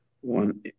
one